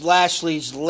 Lashley's